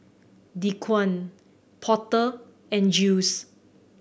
Dequan Porter and Jiles